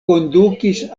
kondukis